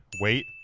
wait